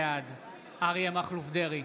בעד אריה מכלוף דרעי,